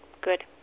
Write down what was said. Good